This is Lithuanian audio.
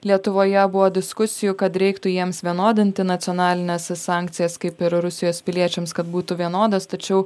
lietuvoje buvo diskusijų kad reiktų jiems vienodinti nacionalines sankcijas kaip ir rusijos piliečiams kad būtų vienodos tačiau